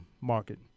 market